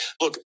Look